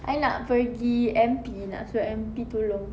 I nak pergi M_P nak suruh M_P tolong